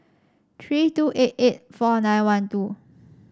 three two eight eight four nine one two